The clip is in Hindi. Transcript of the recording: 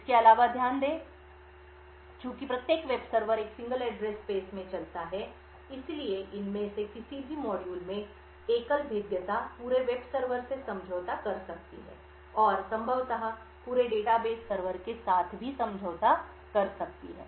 इसके अलावा ध्यान दें कि चूंकि प्रत्येक वेब सर्वर एक सिंगल एड्रेस स्पेस में चलता है इसलिए इनमें से किसी भी मॉड्यूल में एकल भेद्यता पूरे वेब सर्वर से समझौता कर सकती है और संभवतः पूरे डेटा बेस सर्वर के साथ भी समझौता कर सकती है